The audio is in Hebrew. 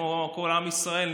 כמו כל עם ישראל,